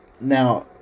Now